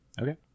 okay